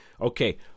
Okay